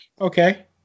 okay